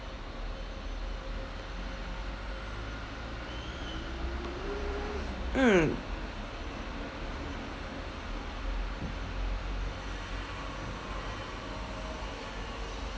mm